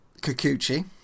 Kikuchi